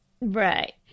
Right